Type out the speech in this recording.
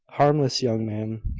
harmless young man.